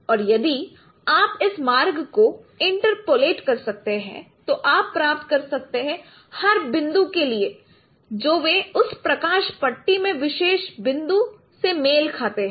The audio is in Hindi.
और यदि आप इस मार्ग को इंटरपोलेट कर सकते हैं तो आप प्राप्त कर सकते हैं हर बिंदु के लिए जो वे उस प्रकाश पट्टी में विशेष बिंदु से मेल खाते हैं